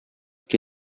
che